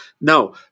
no